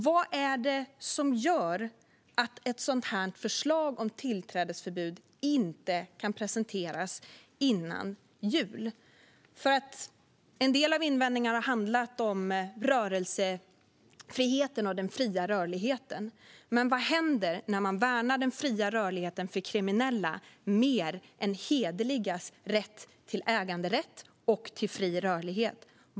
Vad är det som gör att ett sådant förslag om tillträdesförbud inte kan presenteras före jul? En del av invändningarna har handlat om rörelsefriheten och den fria rörligheten, men vad händer när man värnar den fria rörligheten för kriminella mer än hederligas äganderätt och rätt till fri rörlighet?